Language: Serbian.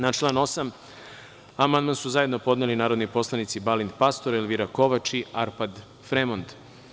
Na član 8. amandman su zajedno podneli narodni poslanici Balint Pastor, Elvira Kovač i Arpad Fremond.